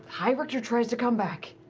high-richter tries to come back,